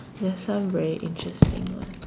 there are some very interesting one